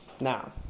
Now